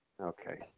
Okay